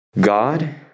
God